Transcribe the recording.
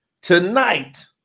tonight